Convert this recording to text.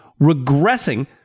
regressing